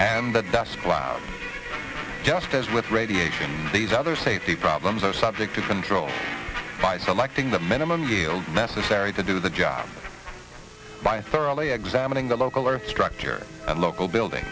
and that that's plan just as with radiation these other safety problems are subject to control by some acting the minimum you necessary to do the job by a thoroughly examining the local or structure a local building